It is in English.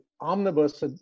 omnibus